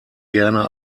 gerne